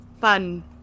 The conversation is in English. fun